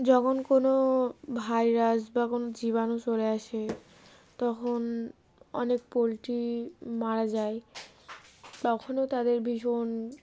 যখন কোনো ভাইরাস বা কোনো জীবাণু চলে আসে তখন অনেক পোলট্রি মারা যায় তখনও তাদের ভীষণ